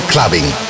Clubbing